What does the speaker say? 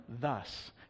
thus